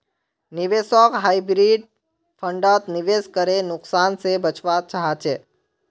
निवेशक हाइब्रिड फण्डत निवेश करे नुकसान से बचवा चाहछे